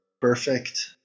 perfect